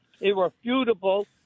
Irrefutable